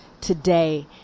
today